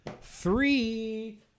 Three